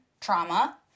trauma